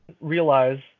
realize